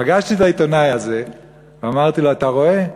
פגשתי את העיתונאי הזה ואמרתי לו: אתה רואה,